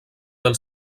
del